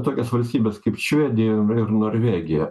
tokias valstybes kaip švedija ir norvegija